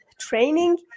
training